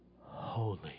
holy